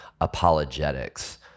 apologetics